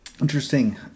interesting